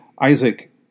Isaac